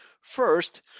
First